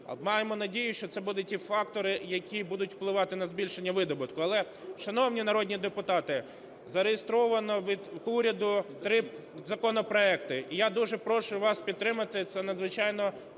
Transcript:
Маємо надію, що це будуть ті фактори, які будуть впливати на збільшення видобутку. Але, шановні народні депутати, зареєстровано від уряду три законопроекти, і я дуже прошу вас підтримати, це надзвичайно